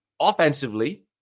Offensively